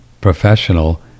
professional